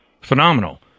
Phenomenal